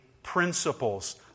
principles